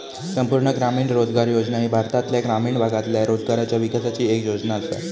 संपूर्ण ग्रामीण रोजगार योजना ही भारतातल्या ग्रामीण भागातल्या रोजगाराच्या विकासाची येक योजना आसा